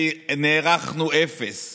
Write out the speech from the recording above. ונערכנו אפס,